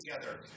together